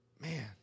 Man